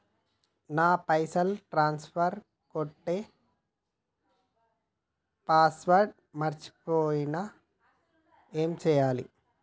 నా పైసల్ ట్రాన్స్ఫర్ కొట్టే పాస్వర్డ్ మర్చిపోయిన ఏం చేయాలి?